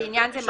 לעניין זה,